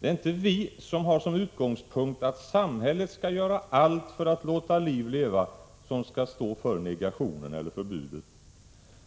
Det är inte vi som har som utgångspunkt att samhället skall göra allt för att låta liv leva som skall stå för negationen eller förbudet.